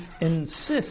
insists